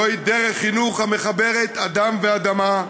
זוהי דרך חינוך המחברת אדם ואדמה.